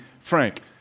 frank